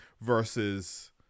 versus